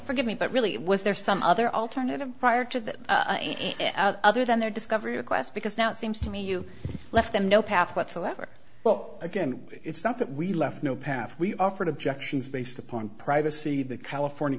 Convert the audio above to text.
forgive me but really was there some other alternative prior to that other than their discovery requests because now it seems to me you left them no path whatsoever but again it's not that we left no path we offered objections based upon privacy the california